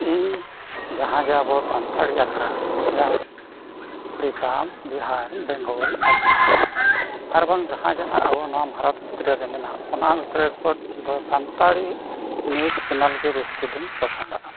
ᱤᱧ ᱡᱟᱦᱟᱸ ᱜᱮ ᱟᱵᱚ ᱥᱟᱱᱛᱟᱲᱤ ᱟᱠᱷᱲᱟ ᱨᱮᱱᱟᱜ ᱩᱲᱤᱥᱥᱟ ᱵᱤᱦᱟᱨ ᱵᱮᱝᱜᱚᱞ ᱟᱥᱟᱢ ᱟᱨ ᱵᱟᱝ ᱡᱟᱦᱟᱸ ᱜᱮ ᱱᱟᱜ ᱟᱵᱚ ᱱᱚᱣᱟ ᱵᱷᱟᱨᱚᱛ ᱵᱷᱤᱛᱨᱤ ᱨᱮ ᱢᱮᱱᱟᱜᱼᱟ ᱚᱱᱟ ᱵᱷᱤᱛᱨᱤ ᱠᱷᱚᱱ ᱤᱧ ᱫᱚ ᱥᱟᱱᱛᱟᱲᱤ ᱱᱤᱭᱩᱡᱽ ᱪᱮᱱᱮᱞ ᱜᱮ ᱵᱤᱥᱛᱤ ᱫᱚᱧ ᱯᱚᱥᱚᱱᱫᱟᱜᱼᱟ